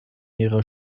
ihrer